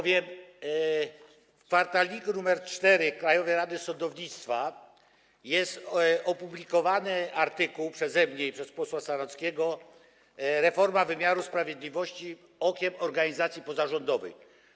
W kwartalniku nr 4 Krajowej Rady Sądownictwa bowiem jest opublikowany artykuł przeze mnie i przez posła Sanockiego „Reforma wymiaru sprawiedliwości okiem organizacji pozarządowych”